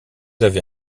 avez